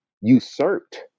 usurped